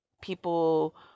people